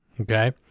okay